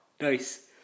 nice